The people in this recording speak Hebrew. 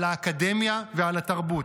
על האקדמיה ועל התרבות.